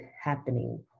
happening